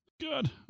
Good